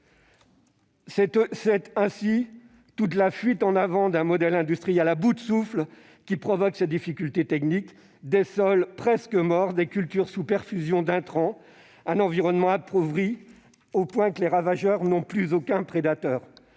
C'est la fuite en avant d'un modèle industriel à bout de souffle qui provoque ces difficultés techniques. Des sols presque morts, des cultures sous perfusion d'intrants, un environnement appauvri au point que les ravageurs n'ont plus aucun prédateur